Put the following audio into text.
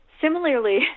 similarly